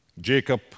Jacob